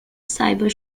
cyber